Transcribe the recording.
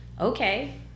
okay